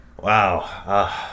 Wow